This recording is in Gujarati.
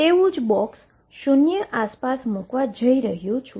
તેવુ જ બોક્સ શુન્ય આસપાસ મૂકવા જઇ રહ્યો છું